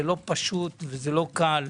זה לא פשוט ולא קל,